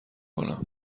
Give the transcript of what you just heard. کنم